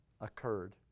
occurred